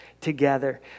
together